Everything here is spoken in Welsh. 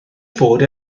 fod